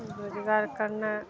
रोजगार करना